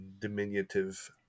diminutive